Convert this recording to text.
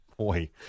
Boy